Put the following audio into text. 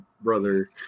brother